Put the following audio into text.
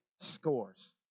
scores